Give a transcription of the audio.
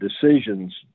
decisions